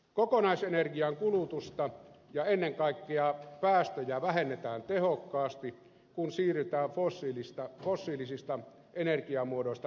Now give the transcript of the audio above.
kokonaisenergiankulutusta ja ennen kaikkea päästöjä vähennetään tehokkaasti kun siirrytään fossiilisista energiamuodoista päästöttömään sähköön